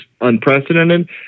unprecedented